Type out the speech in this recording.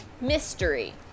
mystery